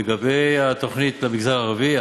לגבי התוכנית למגזר הערבי,